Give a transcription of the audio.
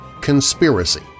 conspiracy